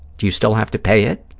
do you still have to pay it?